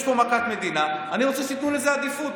יש פה מכת מדינה, אני רוצה שייתנו לזה עדיפות.